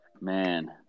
man